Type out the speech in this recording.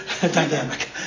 dynamic